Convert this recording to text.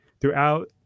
throughout